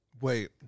Wait